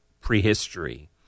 prehistory